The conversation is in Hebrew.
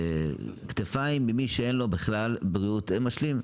כתפיים ממי שאין לו בכלל בריאות משלים.